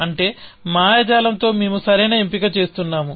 అంటే మాయాజాలంతో మేము సరైన ఎంపిక చేస్తున్నాము